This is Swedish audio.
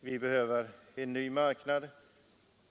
Vi behöver en ny marknad.